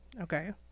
Okay